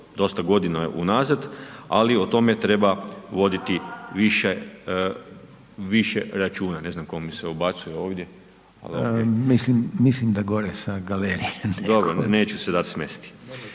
dosta godina unazad, ali o tome treba voditi više računa. Ne znam tako mi se ubacuje ovdje ali OK. …/Upadica Reiner: Mislim da gore sa galerije netko./… Dobro, neću se dati smesti.